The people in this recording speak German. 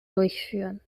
durchführen